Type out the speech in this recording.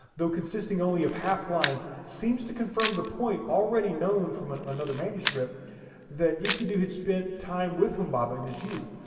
though consisting only of half-lines seems to confirm the point already known from another manuscript that enkidu had spent time with humbaba in his youth.